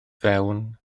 fewn